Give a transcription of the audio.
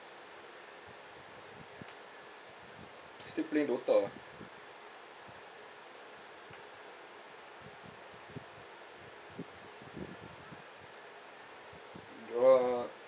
still playing DOTA ah err